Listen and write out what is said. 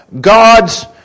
God's